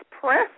press